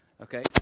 Okay